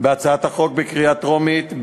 בהצעת החוק בקריאה טרומית,